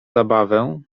zabawę